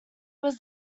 was